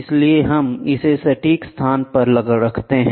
इसलिए हम इसे सटीक स्थान पर रखते हैं